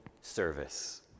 service